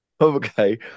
Okay